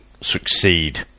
succeed